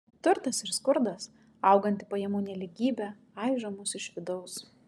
turtas ir skurdas auganti pajamų nelygybė aižo mus iš vidaus